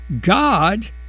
God